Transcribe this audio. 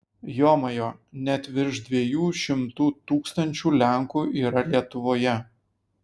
jomajo net virš dviejų šimtų tūkstančių lenkų yra lietuvoje